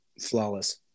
flawless